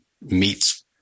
meets